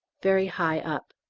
very high up.